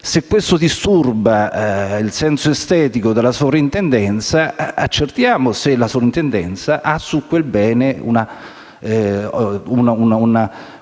Se questo disturba il senso estetico della Soprintendenza, accertiamo se quest'ultima ha su quel bene un